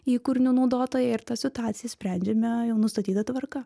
į kūrinio naudotoją ir tą situaciją sprendžiame jau nustatyta tvarka